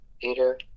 Peter